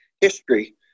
history